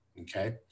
okay